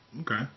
Okay